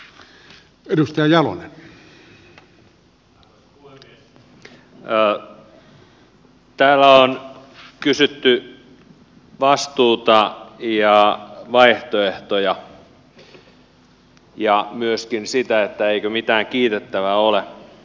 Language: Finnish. täällä on kysytty vastuuta ja vaihtoehtoja ja myöskin sitä eikö mitään kiitettävää ole